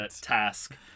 task